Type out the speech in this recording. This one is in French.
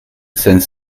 cinq